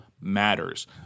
matters